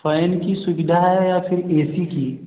fan की सुविधा है या फ़िर ए सी की